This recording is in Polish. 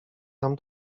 nam